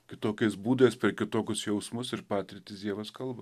kitokiais būdais per kitokius jausmus ir patirtis dievas kalba